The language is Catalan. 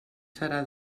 serà